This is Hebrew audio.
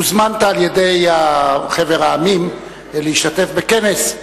הוזמנת על-ידי חבר העמים להשתתף בכנס,